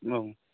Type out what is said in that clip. औ